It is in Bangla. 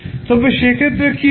তবে সে ক্ষেত্রে কী হবে